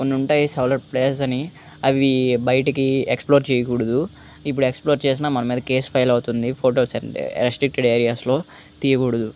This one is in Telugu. కొన్ని ఉంటాయి సెవెరల్ ప్లేసెస్ అని అవీ బయటకి ఎక్స్ప్లోర్ చేయకూడదు ఇప్పుడూ ఎక్స్ప్లోర్ చేసిన మన మీద కేసు ఫైల్ అవుతుంది ఫోటోస్ రిస్ట్రిక్ట్డ్ ఏరియాస్లో తీయగూడదు